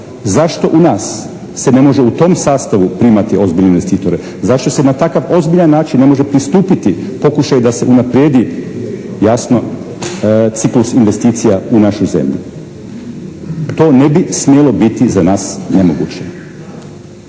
Zašto u nas se ne može u tom sastavu primati ozbiljne investitore? Zašto se na takav ozbiljan način ne može pristupiti pokušaju da se unaprijedi jasno ciklus investicija u našoj zemlji? To ne bi smjelo biti za nas nemoguće.